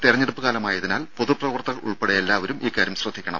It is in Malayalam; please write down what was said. തിരഞ്ഞെടുപ്പ് കാലമായതിനാൽ പൊതുപ്രവർത്തകർ ഉൾപ്പെടെ എല്ലാവരും ഇക്കാര്യം ശ്രദ്ധിക്കണം